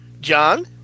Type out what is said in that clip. John